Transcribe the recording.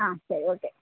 ஆ சரி ஓகே